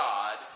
God